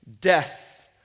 death